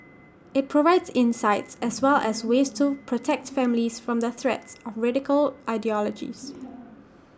IT provides insights as well as ways to protect families from the threats of radical ideologies